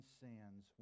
sins